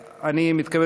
דת,